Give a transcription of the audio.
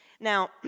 Now